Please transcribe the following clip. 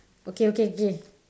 okay okay k